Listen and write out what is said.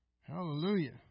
Hallelujah